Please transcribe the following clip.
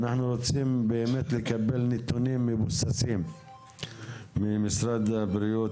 בעניין הזה אנחנו רוצים לקבל נתונים מבוססים ממשרד הבריאות.